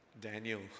Daniel